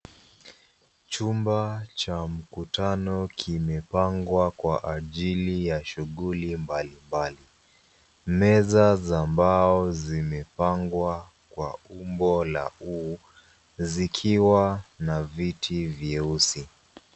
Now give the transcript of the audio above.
Chumba cha mkutano kimepangwa kwa ajili ya shughuli mbalimbali. Meza za mbao zimepangwa kwa umbo la U, zikiwa na viti vyeusi.